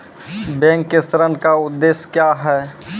Bank के ऋण का उद्देश्य क्या हैं?